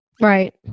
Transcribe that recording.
right